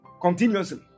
Continuously